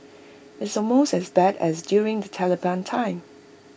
it's almost as bad as during the Taliban time